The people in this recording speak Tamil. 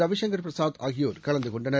ரவி சங்கர் பிரசாத் ஆகியோர் கலந்து கொண்டனர்